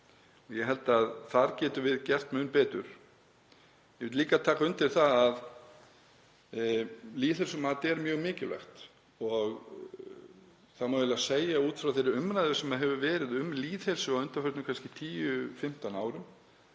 Ég held að þar getum við gert mun betur. Ég vil líka taka undir það að lýðheilsumat er mjög mikilvægt og það má eiginlega segja út frá þeirri umræðu sem hefur verið um lýðheilsu á undanförnum árum,